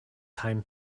time